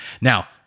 Now